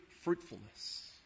fruitfulness